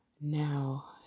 Now